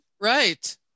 right